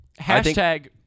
Hashtag